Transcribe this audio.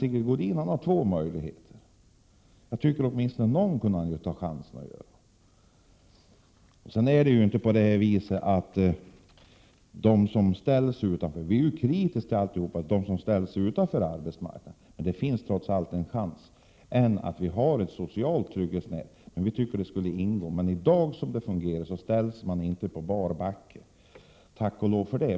Sigge Godin har dock två möjligheter, och jag tycker att han borde ta chansen att välja åtminstone någon av dem. Det är vidare inte så att det inte finns något socialt trygghetsnät. Man ställs inte på bar backe vid arbetslöshet, och tack och lov för det.